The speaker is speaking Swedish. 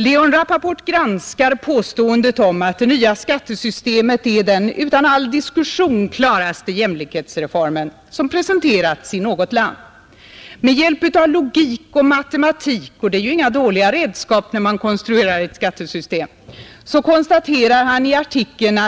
Leon Rappaport granskar påståendet om att det nya skattesystemet är den utan all diskussion klaraste jämlikhetsreformen som presenterats i något land. Med hjälp av logik och matematik — och det är ju inga dåliga redskap när man konstruerar ett skattesystem — konstaterar han i artikeln